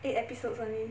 eight episodes only